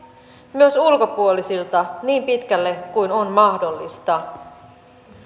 myös ulkopuolisilta niin pitkälle kuin on mahdollista